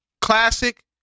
classic